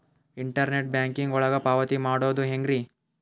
Internet banking ಒಳಗ ಪಾವತಿ ಮಾಡೋದು ಹೆಂಗ್ರಿ?